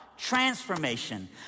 Transformation